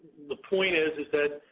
the point is, is that